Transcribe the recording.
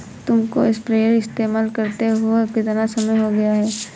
तुमको स्प्रेयर इस्तेमाल करते हुआ कितना समय हो गया है?